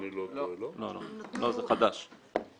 לא, זה חדש.